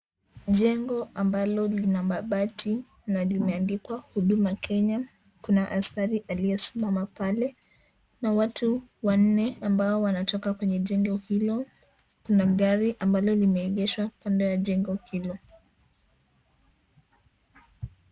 Jengo ambalo lina mabati na limeandikwa Huduma Kenya. Kuna askari aliyesimama pale na watu wanne ambao wanatoka kwenye jengo hilo. Kuna gari ambalo limeegeshwa kando ya jengo hilo.